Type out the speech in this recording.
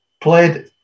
played